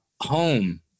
home